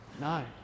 No